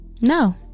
No